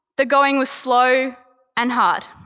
the going was slow and hard.